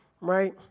right